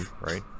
right